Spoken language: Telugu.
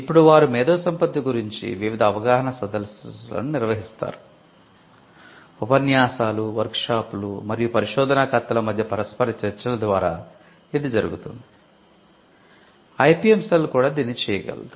ఇప్పుడు ఐపిఎం సెల్ కూడా దీన్ని చేయగలదు